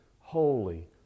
holy